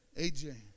AJ